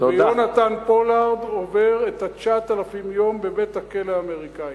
שעליו אי-אפשר להצביע אמון בראש הממשלה.